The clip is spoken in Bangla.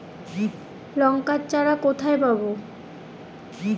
লঙ্কার চারা কোথায় পাবো?